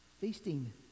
Feasting